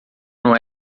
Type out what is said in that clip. não